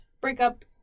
breakup